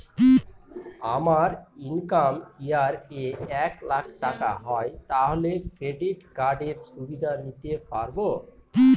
আমার income year এ এক লাক টাকা হয় তাহলে ক্রেডিট কার্ড এর সুবিধা নিতে পারবো?